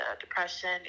depression